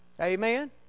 Amen